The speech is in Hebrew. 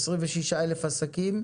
26,000 עסקים,